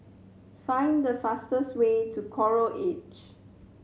find the fastest way to Coral Edge